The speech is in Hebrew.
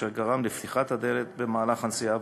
אשר גרם לפתיחת הדלת במהלך הנסיעה.